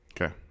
Okay